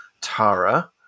Tara